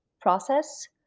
process